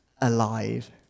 alive